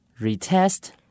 Retest